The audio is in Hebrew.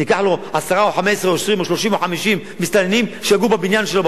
ניקח עשרה או 15 או 20 או 30 או 50 מסתננים שיגורו בבניין שלו,